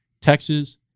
Texas